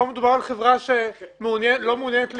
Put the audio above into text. פה מדובר על חברה שלא מעוניינת לייצא.